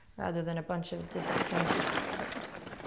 rather than a bunch of disjointed parts.